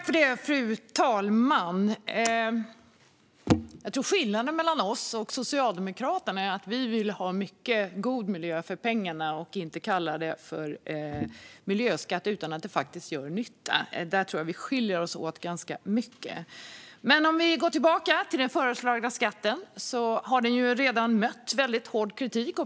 Fru talman! Jag tror att skillnaden mellan oss och Socialdemokraterna är att vi vill ha mycket god miljö för pengarna och att vi inte vill kalla det för miljöskatt utan att det faktiskt gör nytta. Där tror jag att vi skiljer oss åt ganska mycket. Den föreslagna skatten har redan mött väldigt hård kritik.